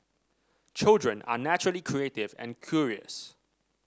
children are naturally creative and curious